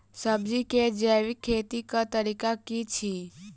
सब्जी केँ जैविक खेती कऽ तरीका की अछि?